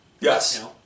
Yes